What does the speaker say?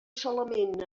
solament